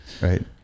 right